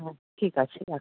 হ্যাঁ ঠিক আছে রাখছি